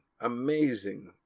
amazing